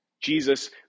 Jesus